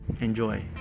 enjoy